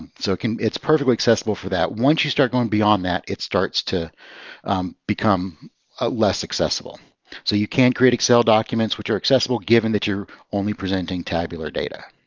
ah so it's perfectly accessible for that. once you start going beyond that, it starts to become less accessible. so you can create excel documents which are accessible given that you're only presenting tabular data.